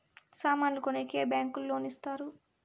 సామాన్లు కొనేకి ఏ బ్యాంకులు లోను ఇస్తారు?